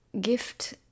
gift